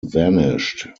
vanished